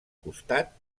costat